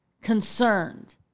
concerned